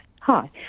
hi